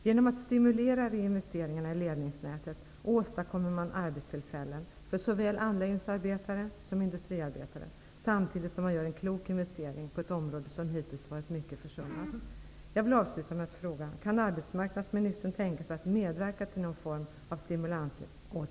Genom att man stimulerar till reinvesteringar i ledningsnätet åstadkommer man arbetstillfällen för såväl anläggningsarbetare som industriarbetare, samtidigt som man gör en klok investering på ett område som hittills varit mycket försummat.